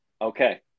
Okay